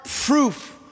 proof